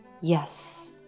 yes